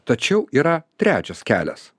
tačiau yra trečias kelias